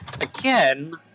Again